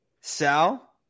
Sal